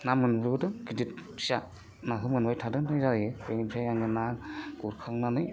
ना मोनबोदों गिदिर फिसा नाखौ मोनबाय थादों देन्जारै बिनिफ्राय आङो ना गुरखांनानै